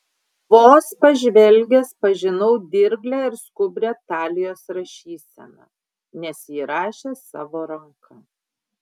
vos pažvelgęs pažinau dirglią ir skubrią talijos rašyseną nes ji rašė savo ranka